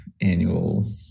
annual